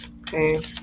Okay